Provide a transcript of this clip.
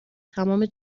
تمام